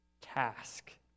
task